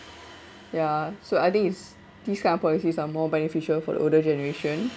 ya so I think it's this kind of policies are more beneficial for the older generation